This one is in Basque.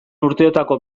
urteotako